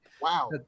Wow